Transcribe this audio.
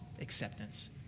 acceptance